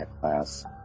class